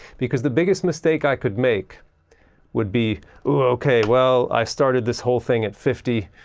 because the biggest mistake i could make would be okay well i started this whole thing at fifty,